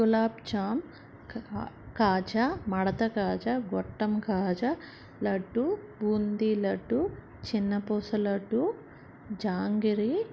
గులాబ్జామ్ కాజా మడత కాజ గొట్టం కాజ లడ్డు బూందీ లడ్డు చిన్నపూస లడ్డు జాంగిరి